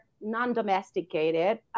non-domesticated